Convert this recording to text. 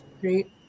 Great